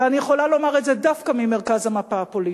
ואני יכולה לומר את זה דווקא ממרכז המפה הפוליטית,